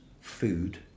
food